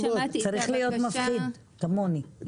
צריך להיות מפחיד כמוני.